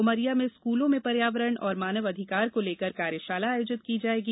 उमरिया में स्कूलों में पर्यावरण और मानव अधिकार को लेकर कार्यशाला आयोजित की जायेगी